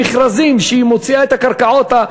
במכרזים שהיא מוציאה את הקרקעות,